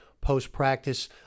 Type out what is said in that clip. post-practice